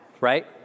right